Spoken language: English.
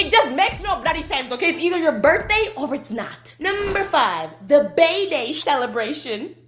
it just makes no bloody sense, okay? it's either your birthday or it's not. number five, the baeday celebration.